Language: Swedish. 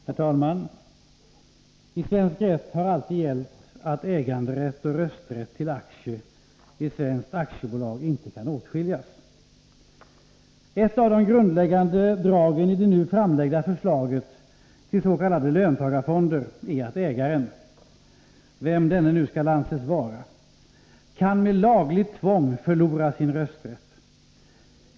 Herr talman! I svensk rätt har det alltid beträffande aktier gällt att Tisdagen den äganderätt och rösträtt i svenskt aktiebolag inte kan åtskiljas. Ett av de 20 december 1983 grundläggande dragen i det nu framlagda förslaget tills.k. löntagarfonder är att ägaren, vem denne nu skall anses vara, kan med lagligt tvång förlora sin rösträtt.